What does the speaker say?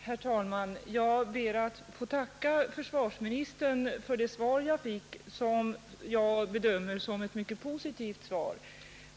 Herr talman! Jag ber att få tacka försvarsministern för det svar jag fått, som jag bedömer vara mycket positivt.